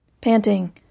Panting